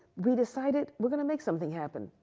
we decided we're going to make something happen.